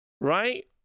right